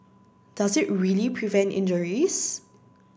does it really prevent injuries